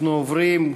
אנחנו עוברים,